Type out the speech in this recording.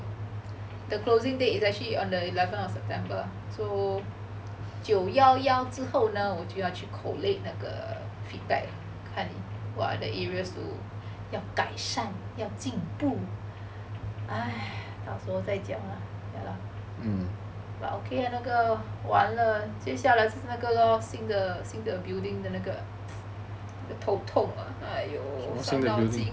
the closing date is actually on the eleventh of september so 九幺幺之后呢我就要去 collate 那个 feedback 看 what are the areas to 要改善要进步 到时候再讲 lah ya lah but okay lah 那个完了接下来是那个 lor 新的 building 的那个头痛 ah !aiyo! 伤脑筋 the pope told like you seem lousy